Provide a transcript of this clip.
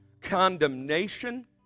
condemnation